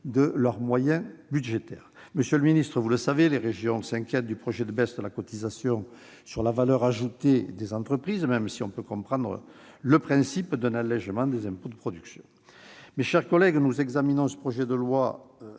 de leurs moyens budgétaires. Monsieur le ministre, vous le savez, les régions s'inquiètent du projet de baisse de la cotisation sur la valeur ajoutée des entreprises, même si l'on peut comprendre le principe d'un allégement des impôts de production. Mes chers collègues, nous examinons ce projet de loi